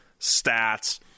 stats